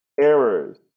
errors